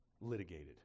litigated